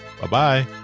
Bye-bye